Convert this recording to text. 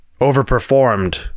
overperformed